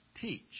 teach